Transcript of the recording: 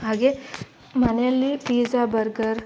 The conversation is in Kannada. ಹಾಗೆ ಮನೆಯಲ್ಲಿ ಪಿಜ್ಜಾ ಬರ್ಗರ್